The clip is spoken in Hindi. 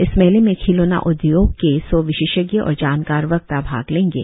इस मेले में खिलौना उद्योग के सौ विशेषज्ञ और जानकार वक्ता भाग लेंगे